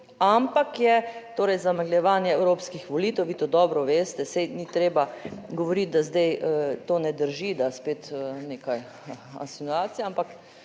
ampak je torej zamegljevanje evropskih volitev - vi to dobro veste, saj ni treba govoriti, da zdaj to ne drži, da spet nekaj insinuacija -, ampak